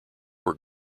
were